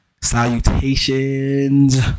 salutations